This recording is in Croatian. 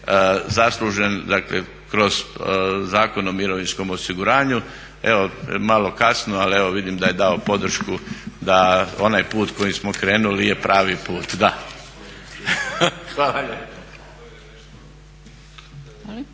zaslužen dakle kroz Zakon o mirovinskom osiguranju. Malo kasno, ali evo vidim da je dao podršku da onaj put kojim smo krenuli je pravi put. Hvala